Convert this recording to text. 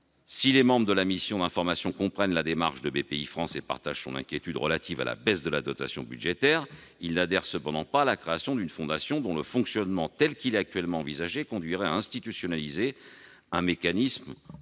si les membres de la mission d'information comprennent la démarche de Bpifrance et partagent son inquiétude relative à la baisse de la dotation budgétaire, ils n'adhèrent cependant pas à la création d'une fondation dont le fonctionnement, tel qu'il est actuellement envisagé, conduirait à institutionnaliser un mécanisme